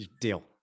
deal